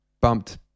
bumped